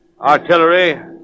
Artillery